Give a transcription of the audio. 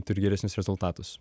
turi geresnius rezultatus